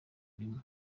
bimwe